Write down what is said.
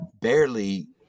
barely